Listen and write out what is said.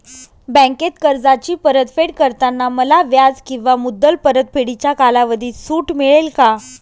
बँकेत कर्जाची परतफेड करताना मला व्याज किंवा मुद्दल परतफेडीच्या कालावधीत सूट मिळेल का?